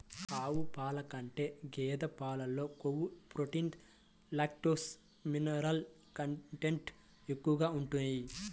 ఆవు పాల కంటే గేదె పాలలో కొవ్వు, ప్రోటీన్, లాక్టోస్, మినరల్ కంటెంట్ ఎక్కువగా ఉంటాయి